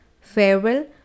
Farewell